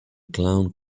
clown